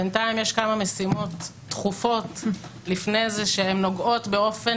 בינתיים יש כמה משימות דחופות לפני זה שנוגעות באופן